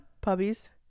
puppies